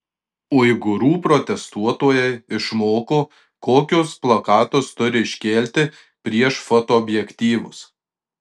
uigūrų protestuotojai išmoko kokius plakatus turi iškelti prieš fotoobjektyvus